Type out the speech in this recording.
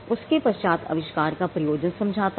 उसके पश्चात अविष्कार का प्रयोजन समझाता है